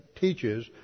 teaches